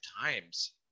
times